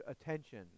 attention